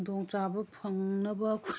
ꯈꯨꯗꯣꯡ ꯆꯥꯕ ꯐꯪꯅꯕ